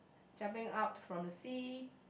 jumping out from the sea